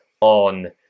on